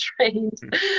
trained